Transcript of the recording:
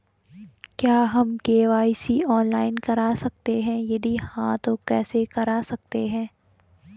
क्या हम KYC online करा सकते हैं यदि हाँ तो कैसे करा सकते हैं?